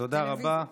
תודה רבה.